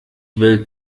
will